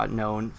known